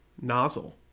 nozzle